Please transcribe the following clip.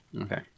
Okay